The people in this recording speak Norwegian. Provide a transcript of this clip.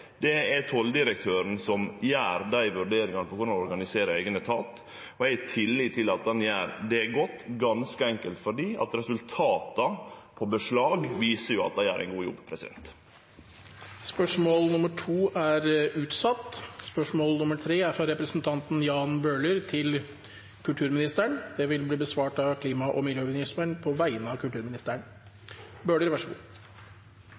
Det er tolldirektøren som gjer dei vurderingane av korleis han organiserer eigen etat. Eg har tillit til at han gjer det godt, ganske enkelt fordi resultata på beslag viser at dei gjer ein god jobb. Dette spørsmålet er utsatt til neste spørretime, da statsråden er bortreist. Dette spørsmålet, fra representanten Jan Bøhler til kulturministeren, vil bli besvart av klima- og miljøministeren på vegne av